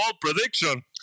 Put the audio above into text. prediction